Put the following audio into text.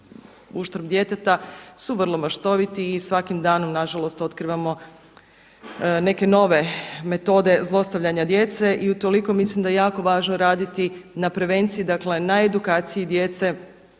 uštrb djeteta su vrlo maštoviti i svakim danom nažalost otkrivamo neke nove metode zlostavljanja djece. I utoliko mislim da je jako važno raditi na prevenciji, dakle na edukaciji djece